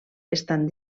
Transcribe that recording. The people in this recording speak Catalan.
estan